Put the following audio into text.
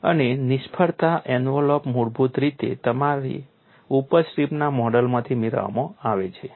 અને નિષ્ફળતા એન્વેલોપ મૂળભૂત રીતે તમારા ઉપજ સ્ટ્રીપના મોડેલમાંથી મેળવવામાં આવે છે